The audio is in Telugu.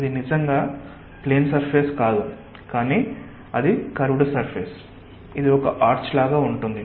ఇది నిజంగా ప్లేన్ సర్ఫేస్ కాదు కానీ అది కర్వ్డ్ సర్ఫేస్ ఇది ఆర్చ్ లాగా ఉంటుంది